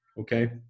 okay